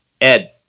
Ed